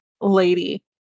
lady